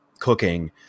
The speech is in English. cooking